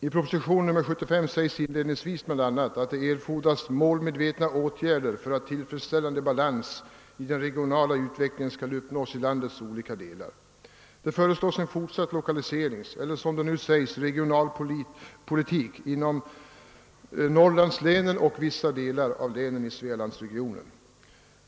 I proposition 75 framhålles inledningsvis bland annat, att det »erfordras målmedvetna åtgärder för att tillfredsställande balans i den regionala utvecklingen skall uppnås i landets olika delar». Det föreslås en fortsatt lokaliseringspolitik, eller som det nu sägs regionalpolitik, inom Norrlandslänen och vissa delar av länen i Svealandsregionen.